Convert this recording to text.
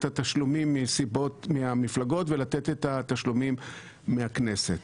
התשלומים מהמפלגות ולתת את התשלומים מהכנסת.